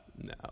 no